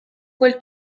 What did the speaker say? quel